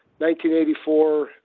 1984